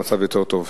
המצב היה יותר טוב.